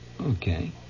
Okay